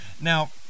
Now